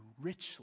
richly